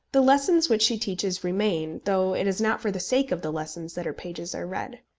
the lessons which she teaches remain, though it is not for the sake of the lessons that her pages are read.